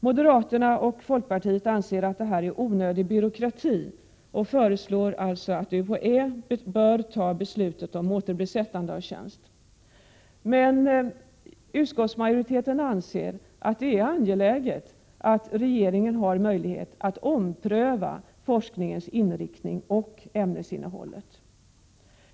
Moderaterna och folkpartiet anser att detta är onödig byråkrati och att UHÄ bör fatta beslutet om återbesättandet av tjänst. Men utskottsmajoriteten anser att det är angeläget att regeringen har möjlighet att ompröva forskningens inriktning vad gäller ämnesinnehållet.